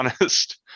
honest